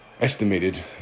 estimated